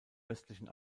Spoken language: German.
östlichen